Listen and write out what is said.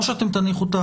או שאתם תניחו,